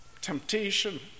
temptation